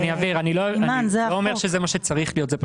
אני לא אומר שזה מה שצריך להיות; כרגע,